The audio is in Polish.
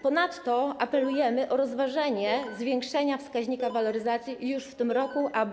Ponadto apelujemy o rozważenie zwiększenia wskaźnika waloryzacji już w tym roku, aby.